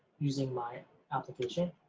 using my application,